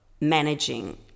managing